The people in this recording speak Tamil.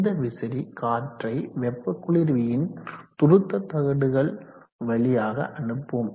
இந்த விசிறி காற்றை வெப்ப குளிர்வியின் துருத்து தகடுகள் வழியாக அனுப்பும்